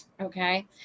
Okay